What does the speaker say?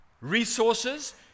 resources